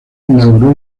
inauguró